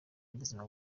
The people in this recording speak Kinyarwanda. y’ubuzima